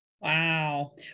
Wow